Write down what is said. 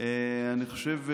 אני חושב שחשובה,